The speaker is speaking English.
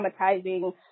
traumatizing